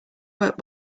work